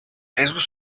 résout